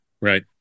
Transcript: Right